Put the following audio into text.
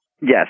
Yes